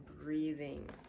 breathing